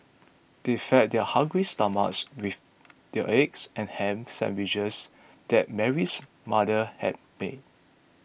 they fed their hungry stomachs with the eggs and ham sandwiches that Mary's mother had made